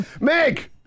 Meg